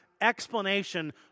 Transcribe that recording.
explanation